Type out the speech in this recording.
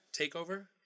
takeover